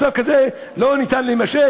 מצב כזה לא ניתן שיימשך.